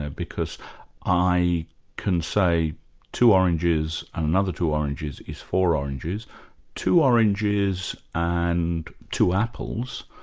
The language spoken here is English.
and because i can say two oranges and another two oranges is four oranges two oranges and two apples,